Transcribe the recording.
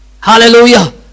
Hallelujah